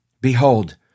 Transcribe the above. Behold